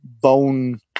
bone